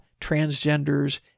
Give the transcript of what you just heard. transgenders